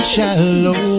Shallow